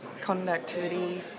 conductivity